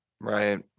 Right